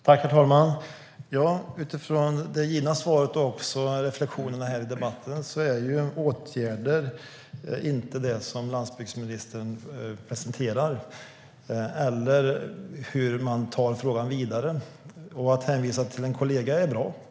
Herr talman! Utifrån det givna svaret och också reflektionerna i debatten är åtgärder - eller hur man tar frågan vidare - inte det som landsbygdsministern presenterar. Att hänvisa till en kollega är bra.